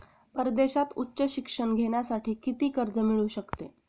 परदेशात उच्च शिक्षण घेण्यासाठी किती कर्ज मिळू शकते?